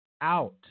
out